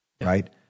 Right